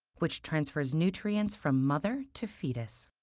which transfers nutrients from mother to fetus.